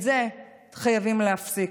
את זה חייבים להפסיק.